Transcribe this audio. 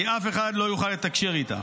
כי אף אחד לא יוכל לתקשר איתה.